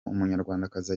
umunyarwandakazi